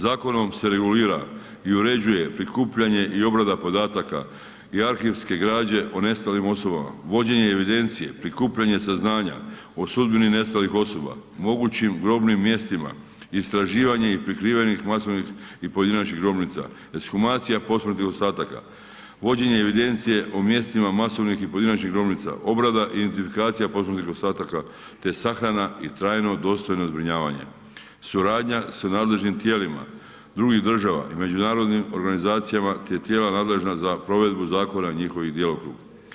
Zakonom se regulira i uređuje prikupljanje i obrada podataka i arhivske građe o nestalim osobama, vođenje evidencije, prikupljanje saznanja o sudbini nestalih osoba, mogućim grobnim mjestima, istraživanje i prikrivanje masovnih i pojedinačnih grobnica, ekshumacija posmrtnih ostataka, vođenje evidencije o mjestima masovnih i pojedinačnih grobnica, obrada i identifikacija posmrtnih ostataka te sahrana i trajno dostojno zbrinjavanje, suradnja sa nadležnim tijelima drugih država i međunarodnim organizacijama te tijela nadležna za provedbu zakona i njihov djelokrug.